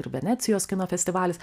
ir venecijos kino festivalis